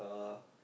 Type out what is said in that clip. uh